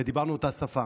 ודיברנו אותה שפה.